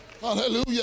Hallelujah